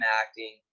acting